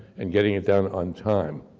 and getting it done on time.